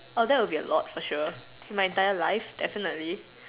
err that would be a lot for sure in my entire life definitely